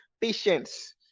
patience